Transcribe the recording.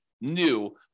new